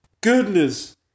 Goodness